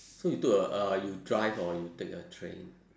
so you took a uh you drive or you take a train